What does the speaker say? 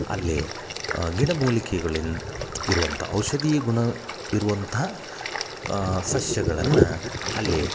ಅಲ್ಲಿ ಗಿಡಮೂಲಿಕೆಗಳಿಂದ ಇರುವಂಥ ಔಷಧೀಯ ಗುಣ ಇರುವಂಥ ಸಸ್ಯಗಳನ್ನು ಅಲ್ಲಿ